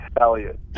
Elliot